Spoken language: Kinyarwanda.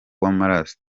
w’amaraso